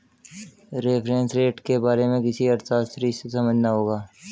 reference rate के बारे में किसी अर्थशास्त्री से समझना होगा